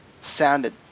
sounded